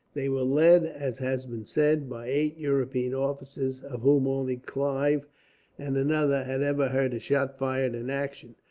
they were led, as has been said, by eight european officers, of whom only clive and another had ever heard a shot fired in action,